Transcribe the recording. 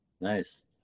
Nice